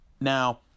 Now